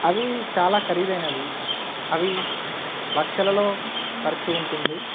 అవి చాలా ఖరీదైనవి అవి లక్షలలో ఖర్చు ఉంటుంది